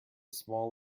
small